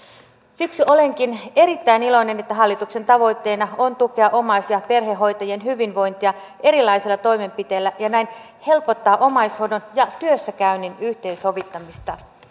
siksi olenkin erittäin iloinen että hallituksen tavoitteena on tukea omais ja perhehoitajien hyvinvointia erilaisilla toimenpiteillä ja näin helpottaa omaishoidon ja työssäkäynnin yhteensovittamista